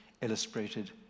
illustrated